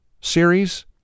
series